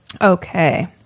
Okay